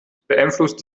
beeinflusst